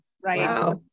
right